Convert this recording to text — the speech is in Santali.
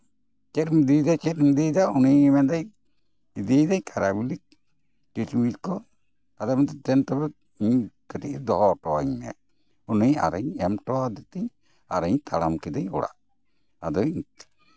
ᱪᱮᱫ ᱮᱢ ᱤᱫᱤᱭᱫᱟ ᱪᱮᱫ ᱮᱢ ᱤᱫᱤᱭ ᱫᱟ ᱩᱱᱤ ᱢᱮᱱᱫᱟᱭ ᱤᱫᱤᱭᱮᱫᱟᱹᱧ ᱠᱟᱭᱨᱟ ᱵᱤᱞᱤ ᱠᱤᱥᱢᱤᱥ ᱠᱚ ᱟᱫᱚᱭ ᱢᱮᱱᱫᱟ ᱫᱮᱱ ᱛᱟᱦᱚᱞᱮ ᱤᱧ ᱠᱟᱹᱴᱤᱡ ᱫᱚᱦᱚ ᱦᱚᱴᱚ ᱟᱹᱧ ᱢᱮ ᱩᱱᱤ ᱟᱨᱚᱧ ᱮᱢ ᱦᱚᱴᱚ ᱟᱫᱮ ᱛᱤᱧ ᱟᱨᱤᱧ ᱛᱟᱲᱟᱢ ᱠᱮᱫᱟ ᱚᱲᱟᱜ ᱟᱫᱚᱧ